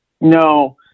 no